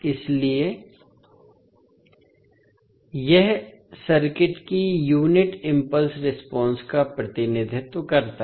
इसलिए यह सर्किट की यूनिट इम्पल्स रेस्पॉन्स का प्रतिनिधित्व करता है